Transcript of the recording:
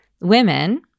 women